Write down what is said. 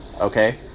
Okay